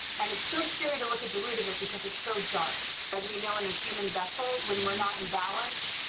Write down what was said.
and it's so scary to look at the root of it, because it's so dark, as we know in a human vessel when we're not in balance,